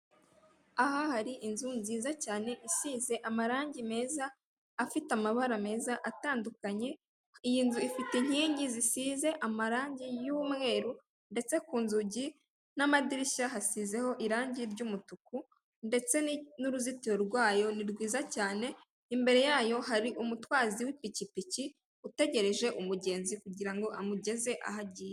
Aha hari inzu nziza cyane, isize amarangi meza, afite amabara meza atandukanye, iyi nzu ifite inkingi zisize amarangi y'umweru ndetse ku nzugi n'amadirishya hasizeho irangi ry'umutuku ndetse n'uruzitiro rwayo ni rwiza cyane, imbere yayo hari umutwazi w'ipikipiki utegereje umugenzi kugira ngo amugeze aho agiye.